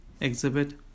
exhibit